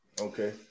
Okay